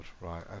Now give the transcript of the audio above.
Right